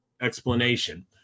explanation